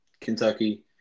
Kentucky